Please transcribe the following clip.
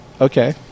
Okay